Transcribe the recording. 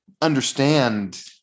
understand